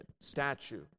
statue